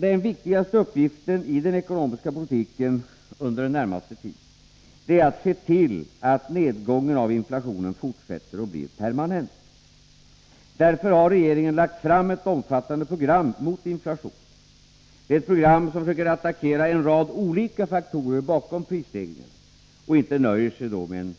Den viktigaste uppgiften i den ekonomiska politiken under den närmaste tiden är att se till att nedgången av inflationen fortsätter och blir permanent. Därför har regeringen lagt fram ett omfattande program mot inflationen. Det är ett program som försöker attackera en rad olika faktorer bakom prisstegringarna och inte nöjer sig med